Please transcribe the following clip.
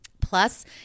Plus